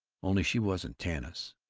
only she wasn't tanis.